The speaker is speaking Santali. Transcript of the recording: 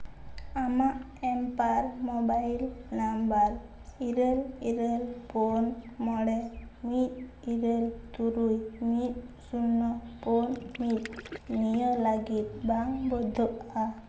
ᱟᱢᱟᱜ ᱮᱢᱯᱟᱨ ᱢᱳᱵᱟᱭᱤᱞ ᱱᱟᱢᱵᱟᱨ ᱤᱨᱟᱹᱞ ᱤᱨᱟᱹᱞ ᱯᱩᱱ ᱢᱚᱬᱮ ᱢᱤᱫ ᱤᱨᱟᱹᱞ ᱛᱩᱨᱩᱭ ᱢᱤᱫ ᱥᱩᱱᱱᱚ ᱯᱩᱱ ᱢᱤᱫ ᱱᱤᱭᱟᱹ ᱞᱟᱹᱜᱤᱫ ᱵᱟᱝ ᱵᱚᱭᱫᱷᱚᱜᱼᱟ